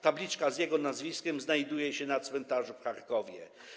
Tabliczka z jego nazwiskiem znajduje się na cmentarzu w Charkowie.